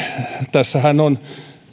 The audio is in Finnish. tässähän on